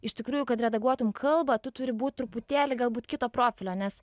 iš tikrųjų kad redaguotum kalbą tu turi būt truputėlį galbūt kito profilio nes